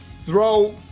throw